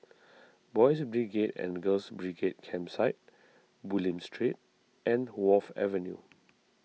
Boys' Brigade and Girls' Brigade Campsite Bulim Street and Wharf Avenue